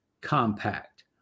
compact